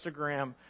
Instagram